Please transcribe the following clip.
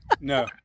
No